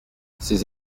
ses